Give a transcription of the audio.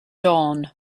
dawn